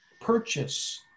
purchase